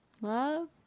love